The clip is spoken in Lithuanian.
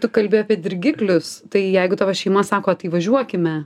tu kalbi apie dirgiklius tai jeigu tavo šeima sako tai važiuokime